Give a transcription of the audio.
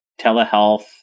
telehealth